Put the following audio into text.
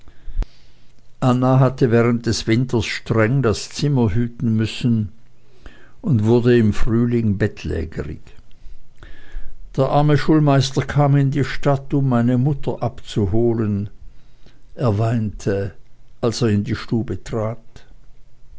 anna hatte während des winters streng das zimmer hüten müssen und wurde im frühling bettlägerig der arme schulmeister kam in die stadt um meine mutter abzuholen er weinte als er in die stube trat